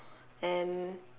and